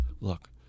look